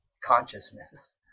consciousness